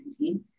2019